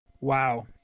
Wow